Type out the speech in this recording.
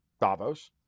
Davos